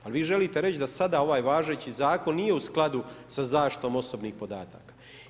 Ali vi želite reći da sada ovaj važeći zakon nije u skladu za zaštitom osobnih podataka.